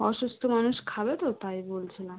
অসুস্থ মানুষ খাবে তো তাই বলছিলাম